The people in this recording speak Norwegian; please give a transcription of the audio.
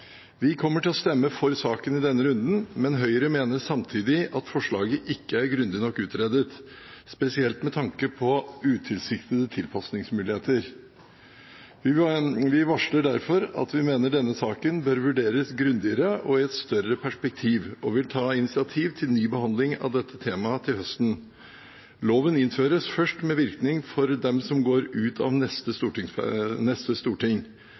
Vi kommer til å stemme for saken i denne runden, men Høyre mener samtidig at forslaget ikke er grundig nok utredet, spesielt med tanke på utilsiktede tilpasningsmuligheter. Vi varsler derfor at vi mener denne saken bør vurderes grundigere og i et større perspektiv, og vil ta initiativ til ny behandling av dette temaet til høsten. Loven innføres først med virkning for dem som går ut av neste storting.